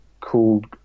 called